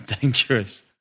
dangerous